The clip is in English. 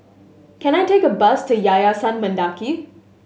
can I take a bus to Yayasan Mendaki